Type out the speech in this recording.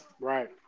right